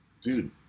Dude